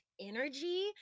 energy